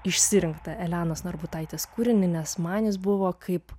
išsirinktą elenos narbutaitės kūrinį nes man jis buvo kaip